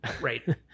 right